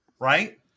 Right